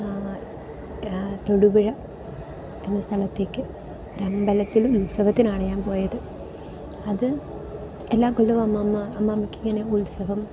തൊടുപുഴ എന്ന സ്ഥലത്തേക്ക് ഒരു അമ്പലത്തിൽ ഉത്സവത്തിനാണ് ഞാൻ പോയത് അത് എല്ലാ കൊല്ലവും അമ്മമ്മ അമ്മമ്മയ്ക്കിങ്ങനെ ഉത്സവം